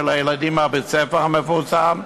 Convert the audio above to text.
של הילדים מבית-הספר המפורסם,